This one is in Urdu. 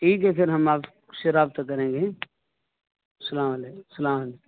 ٹھیک ہے پھر ہم آپ سے رابطہ کریں گے ہیں اسلام علیکم اسلام علیکم